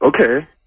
Okay